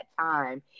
time